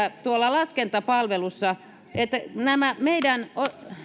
tuolla laskentapalvelussa että nämä meidän